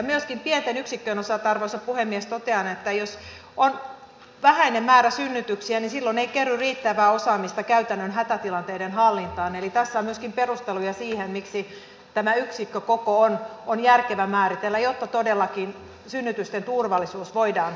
myöskin pienten yksikköjen osalta arvoisa puhemies totean että jos on vähäinen määrä synnytyksiä niin silloin ei kerry riittävää osaamista käytännön hätätilanteiden hallintaan eli tässä on myöskin perusteluja siihen miksi tämä yksikkökoko on järkevä määritellä jotta todellakin synnytysten turvallisuus voidaan taata